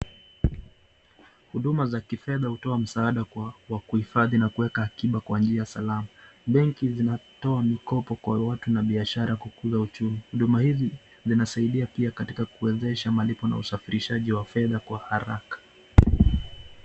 Huduma za kifedha hutoa msaada kwa kuhifadhi na kuweka akiba kwa njia salama. Benki zinatoa mkopo kwa watu na biashara kukuza uchumi. Huduma hizi zinasaidia pia katika kuwezesha malipo na usafirishaji wa fedha kwa haraka.